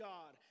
God